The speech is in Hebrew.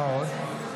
מה עוד?